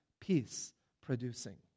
peace-producing